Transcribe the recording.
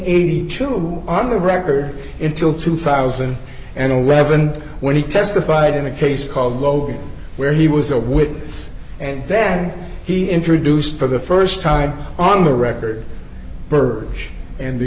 eighty two on the record in til two thousand and eleven when he testified in a case called logan where he was a witness and then he introduced for the st time on the record purge and the